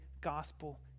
gospel